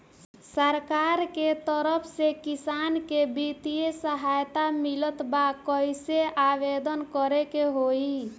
सरकार के तरफ से किसान के बितिय सहायता मिलत बा कइसे आवेदन करे के होई?